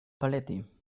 paletti